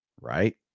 Right